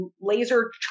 laser